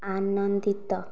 ଆନନ୍ଦିତ